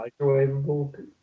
microwavable